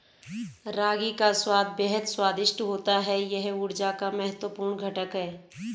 रागी का स्वाद बेहद स्वादिष्ट होता है यह ऊर्जा का महत्वपूर्ण घटक है